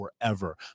forever